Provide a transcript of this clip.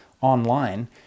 online